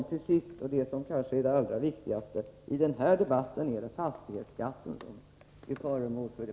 Till sist — och det kanske är det allra viktigaste — det är fastighetsskatten som vi nu diskuterar.